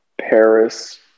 Paris